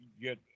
get